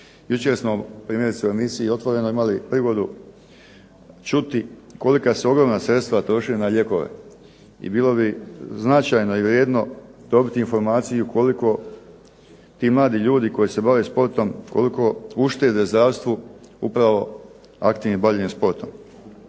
Jučer smo primjerice u emisiji "Otvoreno" imali prigodu čuti kolika se ogromna sredstva troše na lijekove i bilo bi značajno i vrijedno dobiti informaciju koliko ti mladi ljudi koji se bave sportom, koliko uštede u zdravstvu upravo aktivnim bavljenjem sportom.